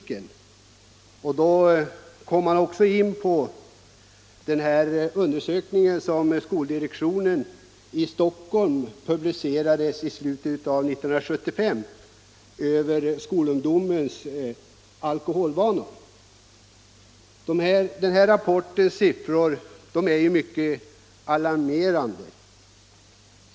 Han kom då också in på den undersökning angående skolungdomens alkoholvanor som skoldirektionen i Stockholm publicerade i slutet av år 1975. Siffrorna i den rapporten är mycket alarmerande.